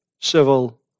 civil